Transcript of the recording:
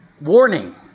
warning